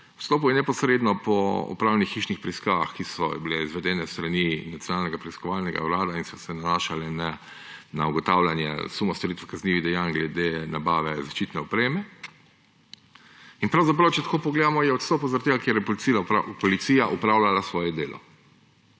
Odstopil je neposredno po opravljenih hišnih preiskavah, ki so bile izvedene s strani Nacionalnega preiskovalnega urada in so se nanašale na ugotavljanje suma storitve kaznivih dejanj glede nabave zaščitne opreme. In če tako pogledamo, je odstopil zaradi tega, ker je policija opravljala svoje delo.